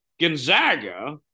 Gonzaga